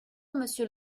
monsieur